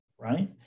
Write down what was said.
right